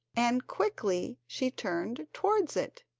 and quickly she turned towards it.